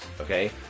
okay